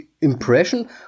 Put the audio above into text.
impression